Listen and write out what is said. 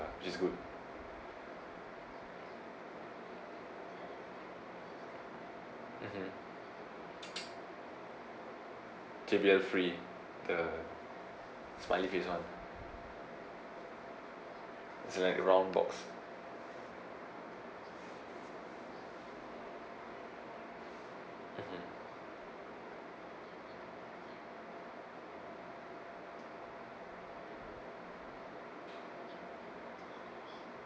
which is good mmhmm free the smiley face one is like wrong box mmhmm